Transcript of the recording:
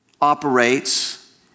operates